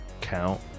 count